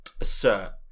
assert